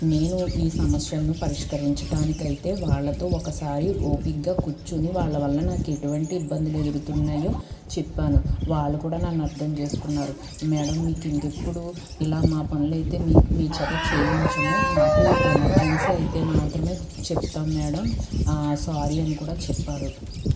నేను ఈ సమస్యలను పరిష్కరించడానికి అయితే వాళ్లతో ఒకసారి ఓపిగ్గా కూర్చొని వాళ్ల వల్ల నాకు ఎటువంటి ఇబ్బందులు ఎదురవుతున్నాయో చెప్పాను వాళ్ళు కూడా నన్ను అర్థం చేసుకున్నారు మేడం మీకు ఇంకెప్పుడు ఇలా మా పనులైతే మీకు మీ చేత చేయించము మాకు ఎమర్జెన్సీ అయితే మాత్రమే చెప్తాం మేడం సారీ అని కూడా చెప్పారు